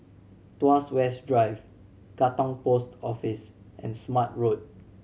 Tuas West Drive Katong Post Office and Smart Road